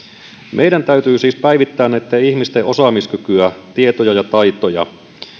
meidän täytyy siis päivittää näitten ihmisten osaamiskykyä tietoja ja taitoja